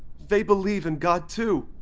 they believe in god, too.